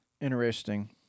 Interesting